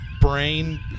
brain